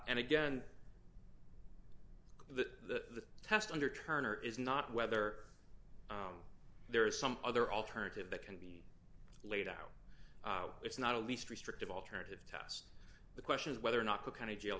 nd again the test under turner is not whether there is some other alternative that can laid out it's not a least restrictive alternative test the question is whether or not the kind of jail